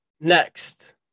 Next